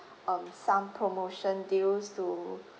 um some promotion deals to